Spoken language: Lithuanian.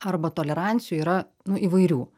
arba tolerancijų yra nu įvairių